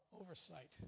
oversight